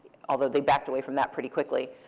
although they backed away from that pretty quickly.